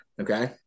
Okay